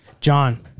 John